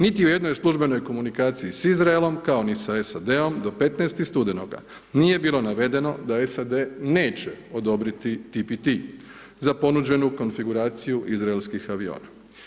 Niti u jednoj službenoj komunikaciji s Izraelom kao ni sa SAD-om do 15. studenoga nije bilo navedeno da SAD neće odobriti TPT za ponuđenu konfiguraciju izraelskih aviona.